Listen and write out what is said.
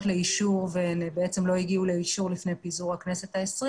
לאישור ובעצם הן לא הגיעו לאישור לפני פיזור הכנסת ה-20,